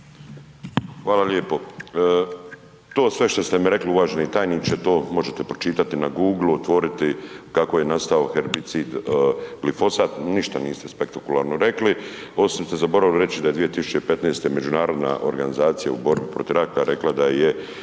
Hvala lijepo. To sve što ste mi rekli uvaženi tajniče, to možete pročitati na Google-u, otvoriti, kako je nastao herbicid glifosat, ništa niste spektakularno rekli, osim što ste zaboravili reći da je 2015. Međunarodna organizacija u borbi protiv raka rekla da je